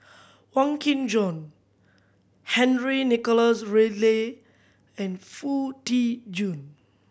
Wong Kin Jong Henry Nicholas Ridley and Foo Tee Jun